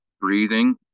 breathing